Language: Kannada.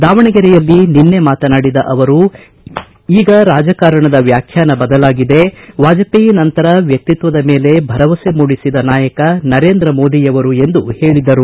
ದಾವಣಗೆರೆಯಲ್ಲಿ ನಿನ್ನೆ ಮಾತನಾಡುದ ಅವರು ಈಗ ರಾಜಕಾರಣದ ವ್ಯಾಖ್ಯಾನ ಬದಲಾಗಿದೆ ವಾಜಪೇಯಿ ನಂತರ ವ್ಯಕ್ತಿತ್ವದ ಮೇಲೆ ಭರವಸೆ ಮೂಡಿಸಿದ ನಾಯಕ ನರೇಂದ್ರ ಮೋದಿಯವರು ಎಂದು ಹೇಳಿದರು